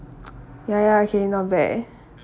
ya ya okay not bad